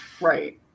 Right